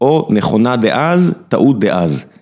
או נכונה דאז, טעות דאז.